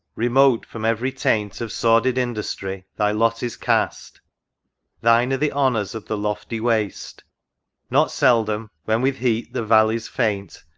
remote from every taint of sordid industry thy lot is cast thine are the honors of the lofty waste not seldom, when with heat the valleys faint,